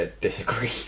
disagree